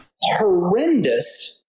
horrendous